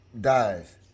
dies